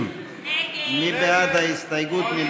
30. מי בעד ההסתייגות?